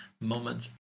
moments